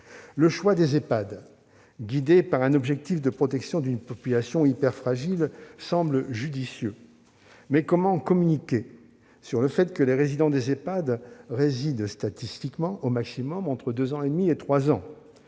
Le choix des Ehpad, guidé par un objectif de protection d'une population hyperfragile, semble judicieux, mais comment communiquer sur le fait que les résidents des Ehpad y restent statistiquement au maximum entre deux ans et demi et trois ans ?